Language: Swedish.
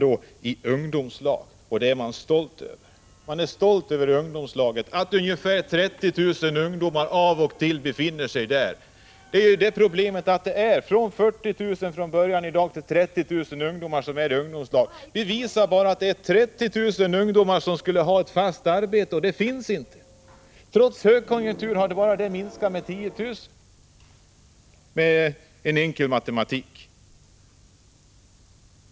Får inte ungdomarna arbete hamnar de i ungdomslag. Det är regeringen stolt över. Man är stolt över att ungefär 30 000 ungdomar av och till befinner sig där. Detta är problemet. Från början var 40 000 ungdomar i ungdomslag, nu är det 30 000. Det visar bara att det är 30 000 ungdomar som skulle ha ett fast arbete, men det finns inte några arbeten. Trots högkonjunkturen har antalet ungdomar i ungdomslag minskat med bara 10 000. Det är en enkel matematik.